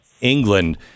England